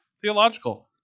theological